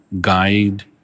guide